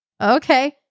Okay